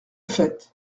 fait